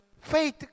Faith